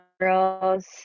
girls